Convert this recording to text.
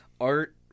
art